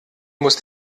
muss